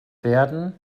werden